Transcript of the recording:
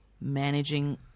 managing